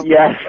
Yes